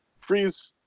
Freeze